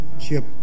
Chip